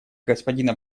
господина